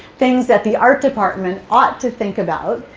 things that the art department ought to think about,